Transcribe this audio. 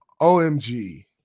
OMG